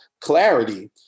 clarity